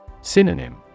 Synonym